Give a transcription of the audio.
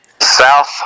south